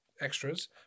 extras